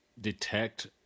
detect